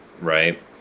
right